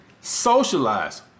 socialize